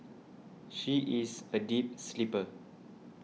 she is a deep sleeper